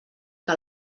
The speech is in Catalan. que